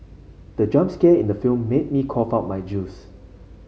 the jump scare in the film made me cough out my juice